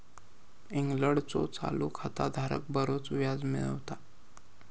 इंग्लंडचो चालू खाता धारक बरोच व्याज मिळवता